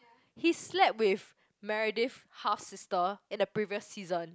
he slept with Meredith half sister in the previous season